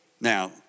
Now